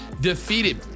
defeated